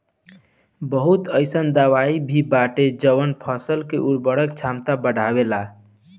बहुत अईसन दवाई भी बाटे जवन फसल के उर्वरक क्षमता बढ़ावेला